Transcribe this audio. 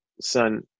son